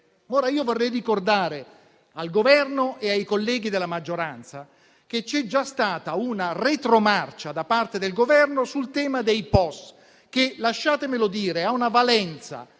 Io vorrei ricordare al Governo e ai colleghi della maggioranza che vi è già stata una retromarcia da parte del Governo sul tema del POS, che, mi sia consentito dire, ha una valenza